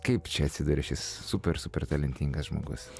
kaip čia atsiduria šis super super talentingas žmogus